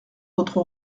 votre